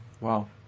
Wow